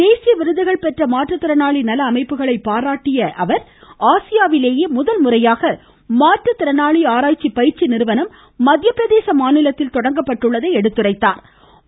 தேசிய விருதுகள் பெற்ற மாற்றுத்திறனாளி நல அமைப்புகளை பாராட்டிய அவர் ஆசியாவிலேயே முதல்முறையாக மாற்றுத்திறனாளி ஆராய்ச்சி பயிற்சி நிறுவனம் மத்திய பிரதேச மாநிலத்தில் தொடங்கப்பட்டுள்ளதை எடுத்துரைத்தாா்